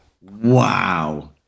Wow